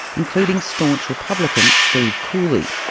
including staunch republican steve cooley.